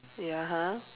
ya ha